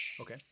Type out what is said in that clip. Okay